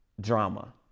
drama